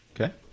Okay